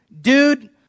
Dude